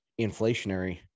inflationary